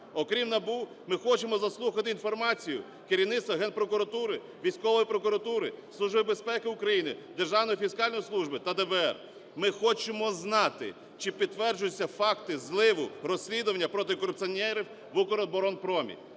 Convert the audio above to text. Окрім НАБУ, ми хочемо заслухати інформацію керівництва Генпрокуратури, військової прокуратури, Служби безпеки України, Державної фіскальної служби та ДБР. Ми хочемо знати, чи підтверджуються факти зливу розслідування проти корупціонерів в "Укроборонпромі",